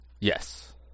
Yes